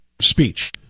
speech